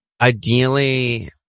ideally